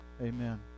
Amen